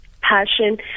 passion